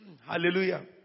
Hallelujah